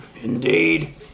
Indeed